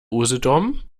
usedom